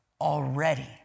already